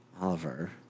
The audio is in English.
Oliver